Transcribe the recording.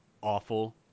awful